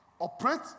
operate